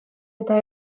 eta